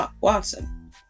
Watson